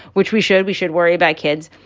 which we should we should worry about kids.